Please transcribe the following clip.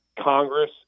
Congress